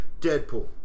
Deadpool